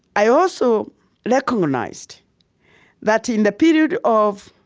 i also recognized that in the period of,